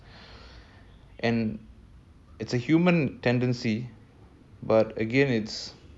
it's a human tendency but again it's